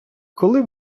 коли